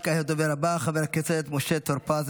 וכעת הדובר הבא, חבר הכנסת משה טור פז.